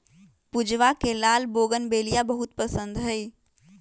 पूजवा के लाल बोगनवेलिया बहुत पसंद हई